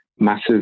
massive